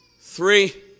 three